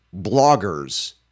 bloggers